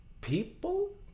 People